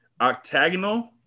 octagonal